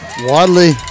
Wadley